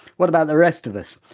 what about the rest of us?